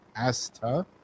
Asta